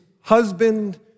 husband